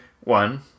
One